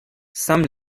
some